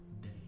day